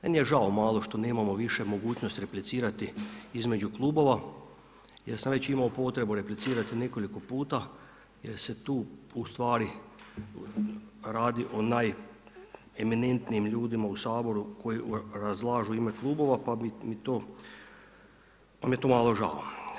Meni je žao malo što nemamo više mogućnosti replicirati između klubova jer sam već imao potrebu replicirati nekoliko puta jer se tu ustvari radi o najeminentnijim ljudima u Saboru koji razlažu u ime klubova pa mi je to malo žao.